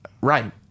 right